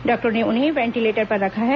डॉक्टरों ने उन्हें वेंटिलेटर पर रखा है